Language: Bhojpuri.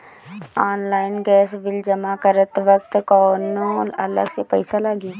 ऑनलाइन गैस बिल जमा करत वक्त कौने अलग से पईसा लागी?